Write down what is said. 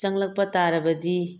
ꯆꯪꯂꯛꯄ ꯇꯥꯔꯕꯗꯤ